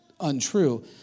untrue